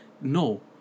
no